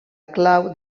clau